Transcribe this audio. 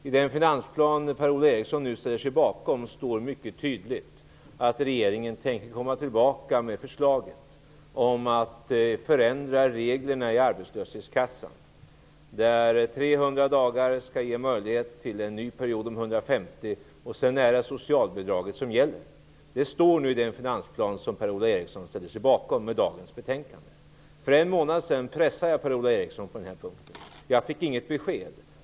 I den finansplan som Per-Ola Eriksson nu ställer sig bakom står det mycket tydligt att regeringen tänker återkomma med förslag om att förändra reglerna för arbetslöshetskassan. Förändringen innebär att 300 dagar skall ge möjlighet till en ny period om 150 dagar, och sedan är det socialbidrag som gäller. Så står det i den finansplan som Per-Ola Eriksson genom dagens betänkande ställer sig bakom. För en månad sedan pressade jag Per-Ola Eriksson på den här punkten. Jag fick då inget besked.